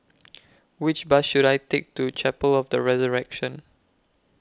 Which Bus should I Take to Chapel of The Resurrection